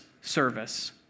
service